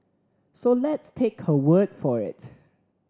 so let's take her word for it